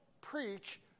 preach